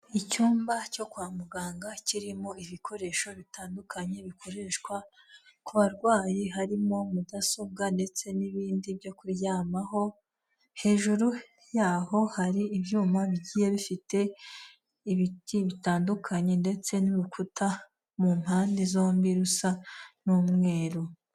Icyumba cyo kwa muganga, kirimo ibikoresho bitandukanye bikoreshwa ku barwayi, harimo mudasobwa, ndetse n'ibindi byo kuryamaho, hejuru yaho hari ibyuma bigiye bifite ibiti bitandukanye, ndetse n'urukuta mu mpande zombi, rusa n'umweru.